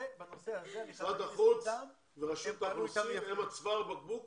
משרד החוץ ורשות האוכלוסין, הם צוואר הבקבוק